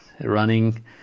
running